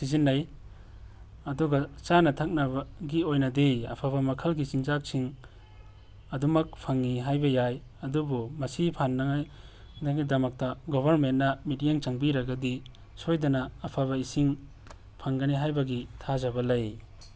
ꯁꯤꯖꯤꯟꯅꯩ ꯑꯗꯨꯒ ꯆꯥꯟ ꯊꯛꯅꯕꯒꯤ ꯑꯣꯏꯅꯗꯤ ꯑꯐꯕ ꯃꯈꯜꯒꯤ ꯆꯤꯟꯖꯥꯛꯁꯤꯡ ꯑꯗꯨꯝꯃꯛ ꯐꯪꯏ ꯍꯥꯏꯕ ꯌꯥꯏ ꯑꯗꯨꯕꯨ ꯃꯁꯤ ꯐꯅꯉꯥꯏꯒꯤꯗꯃꯛꯇ ꯒꯣꯕꯔꯃꯦꯟꯅ ꯃꯤꯠꯌꯦꯡ ꯆꯪꯕꯤꯔꯒꯗꯤ ꯁꯣꯏꯗꯅ ꯑꯐꯕ ꯏꯁꯤꯡ ꯐꯪꯒꯅꯤ ꯍꯥꯏꯕꯒꯤ ꯊꯥꯖꯕ ꯂꯩ